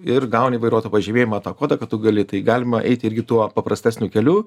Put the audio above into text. ir gauni vairuotojo pažymėjimą tą kodą kad tu gali tai galima eiti irgi tuo paprastesniu keliu